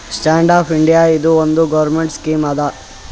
stand up India ಇದು ಒಂದ್ government scheme ಅದಾ